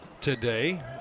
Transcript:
today